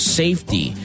safety